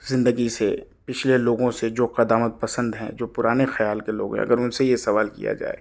زندگی سے پچھلے لوگوں سے جو قدامت پسند ہیں جو پرانے خیال کے لوگ ہیں اگر ان سے یہ سوال کیا جائے